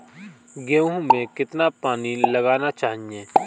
गेहूँ में कितना पानी लगाना चाहिए?